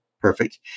perfect